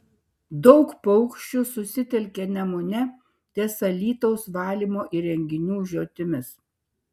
daug paukščių susitelkė nemune ties alytaus valymo įrenginių žiotimis